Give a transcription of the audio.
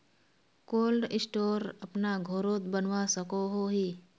Cold store अपना घोरोत बनवा सकोहो ही?